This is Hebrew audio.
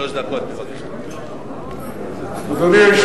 שלוש דקות, בבקשה.